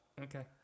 Okay